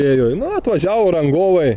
ėjo nu atvažiavo rangovai